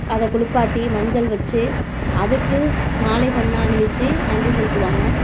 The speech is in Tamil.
அதை குளுப்பாட்டி மஞ்சள் வெச்சு அதுக்கு மாலைகளெலாம் அணிவிச்சி நன்றி செலுத்துவாங்க